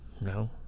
No